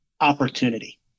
opportunity